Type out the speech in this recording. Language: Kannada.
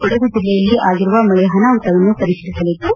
ಕೊಡಗು ಜಿಲ್ಲೆಯಲ್ಲಿ ಆಗಿರುವ ಮಳೆ ಅನಾಹುತವನ್ನು ಪರಿತೀಲಿಸಿಲಿದ್ದು